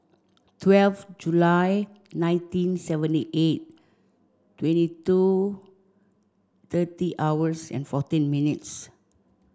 twelve July nineteen seventy eight twenty two thirty hours and fourteen minutes